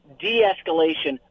de-escalation